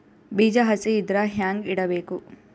ಬೀಜ ಹಸಿ ಇದ್ರ ಹ್ಯಾಂಗ್ ಇಡಬೇಕು?